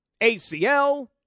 ACL